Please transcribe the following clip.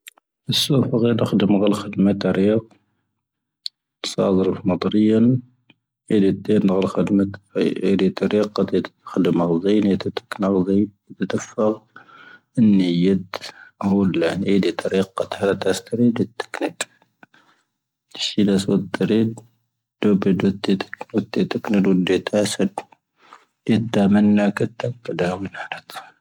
ⴰⵙⴼⴰⴳⵉⵏ ⵏⴰ ⴽⵀⴰⴷⵓⵎⴰⴳⴰⵍ ⴽⵀⴰⴷⵓⵎⴰⵜ ⵜⴰⵔⵉⴰⵇ. ⵜⵙⴰⴰⴷⴰⵔⵉⴼ ⵎⴰⵜⵔⵉⵢⴰⴰⵏ. ⴻⴷⵉⴷⴷⴻⵉⵏ ⵏⴰ ⴽⵀⴰⴷⵓⵎⴰⵜ. ⴻⴷⵉⴷ ⵜⴰⵔⵉⴰⵇⴰⵜ ⴻⴷⵉⴷⴷⴻⵉⵏ. ⴽⵀⴰⴷⵓⵎⴰⵜⵣⴻⵉⵏ ⴻⴷⵉⴷⴷⴻⵉⵏ. ⵏⴰⴷⵣⴻⵉⵏ ⴻⴷⵉⴷⴷⴻⴼⴰⴳ. ⴻⵏⵏⴻⵢⴻⴷⴷ. ⴰⵡⵍⴰⵏⵉ ⴻⴷⵉⴷⴷⴻⵉⵏ. ⵜⴰⵔⵉⵇⴰⵜ ⵀⴰⴷⴰⵜⴰⵙ ⵜⴰⵔⵉⴰⵇⴰⵜ. ⵜⵙⵀⵉⵍⴰⵙ ⵡⴰⴷ ⵜⴰⵔⵉⴰⵇ. ⴷⵓⴱⵉⴷⴷ ⴻⴷⵉⴷⴷⴻⵉⵏ. ⵡⴰⴷⴷⴻⵉⴷⴷⴻⵉⵏ. ⵡⴰⴷⴷⴻⵉⴷⵜ ⴰⵙⴰⴷ. ⴻⴷⴷⴰ ⵎⴰⵏⵏⴰ ⴽⴰⵜⵜⴰ. ⴱⵉⴷⴰ ⵡⵉⵏⴰ ⵔⴰⵜⵣⴰ.